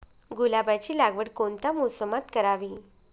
गुलाबाची लागवड कोणत्या मोसमात करावी?